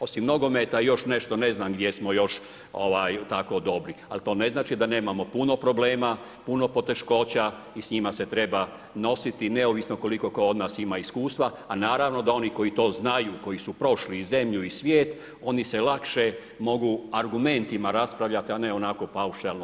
Osim nogometa, još nešto, ne znam gdje smo još tako dobri ali to ne znači da nemamo puno problema, puno poteškoća i s njima se treba nositi neovisno koliko tko od nas ima iskustva a naravno da oni koji to znaju, koji su prošli i zemlju i svijet, oni se lakše mogu argumentima raspravljati a ne onako paušalno.